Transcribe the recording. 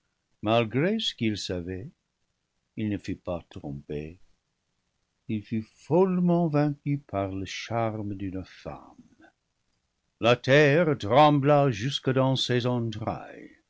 malgré ce qu'il savait il ne fut pas trompé il fut follement vaincu par le charme d'une femme la terre trembla jusque dans ses entrailles